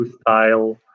style